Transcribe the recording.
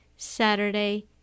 saturday